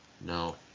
No